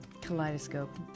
Kaleidoscope